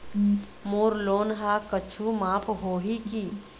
मोर loan हा कुछू माफ होही की?